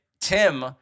Tim